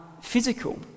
physical